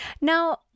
Now